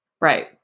right